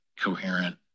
coherent